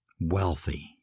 Wealthy